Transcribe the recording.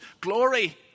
glory